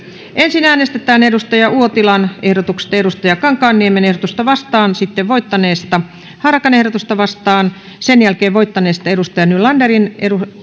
ensin äänestetään kari uotilan ehdotuksesta toimi kankaanniemen ehdotusta vastaan sitten voittaneesta timo harakan ehdotusta vastaan sen jälkeen voittaneesta mikaela nylanderin